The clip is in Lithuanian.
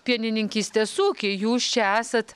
pienininkystės ūkį jūs čia esat